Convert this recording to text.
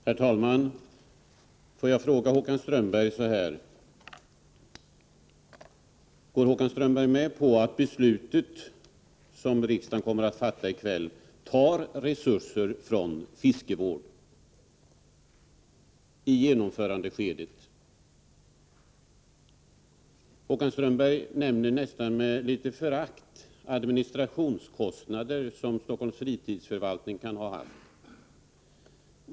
Herr talman! Jag vill fråga Håkan Strömberg så här: Håller Håkan Strömberg med om att beslutet som riksdagen kommer att fatta i kväll tar resurser från fiskevård i genomförandeskedet? Håkan Strömberg nämner nästan med förakt administrationskostnader som Stockholms fritidsförvaltning kan ha haft.